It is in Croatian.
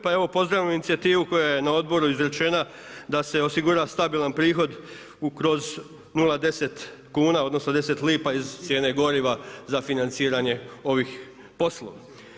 Pa evo pozdravljam inicijativu koja je na odboru izrečena da se osigura stabilan prihod kroz 0,10 kuna, odnosno 0,10 lipa iz cijene goriva za financiranje ovih poslova.